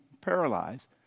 paralyzed